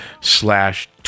slash